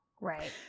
Right